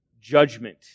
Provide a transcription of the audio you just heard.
judgment